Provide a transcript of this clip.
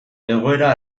egoera